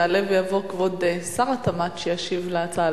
יעלה ויבוא כבוד שר התמ"ת וישיב על ההצעה